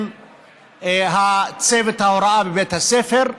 עם הצוות של בית הספר.